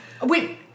Wait